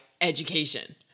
education